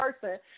person